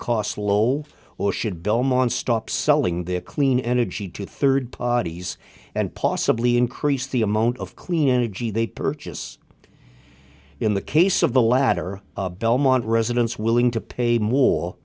costs low or should belmont's stop selling their clean energy to third parties and possibly increase the amount of clean energy they purchase in the case of the latter belmont residents willing to pay more